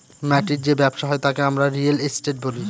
মাটির যে ব্যবসা হয় তাকে আমরা রিয়েল এস্টেট বলি